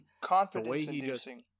Confidence-inducing